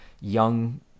young